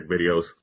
videos